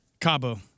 Cabo